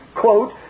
quote